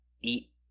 eat